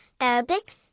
Arabic